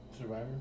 Survivor